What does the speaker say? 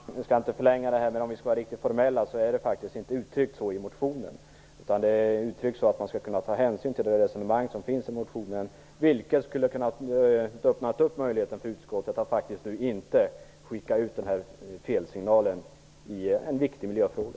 Fru talman! Jag skall inte förlänga debatten. Men om vi skall vara riktigt formella uttrycks det faktiskt inte så i motionen. Det är skrivet så att man skall kunna ta hänsyn till de resonemang som förs i den. Det skulle ha öppnat möjligheten för utskottet att nu inte skicka ut denna felsignal i en viktig miljöfråga.